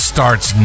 Starts